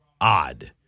odd